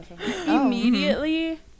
immediately